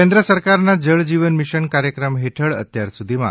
કેન્દ્ર સરકારના જળજીવન મિશન કાર્યક્રમ હેઠળ અત્યાર સુધીમાં